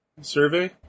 Survey